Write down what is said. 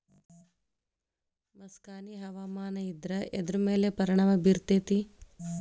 ಮಸಕಾಗಿ ಹವಾಮಾನ ಇದ್ರ ಎದ್ರ ಮೇಲೆ ಪರಿಣಾಮ ಬಿರತೇತಿ?